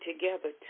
together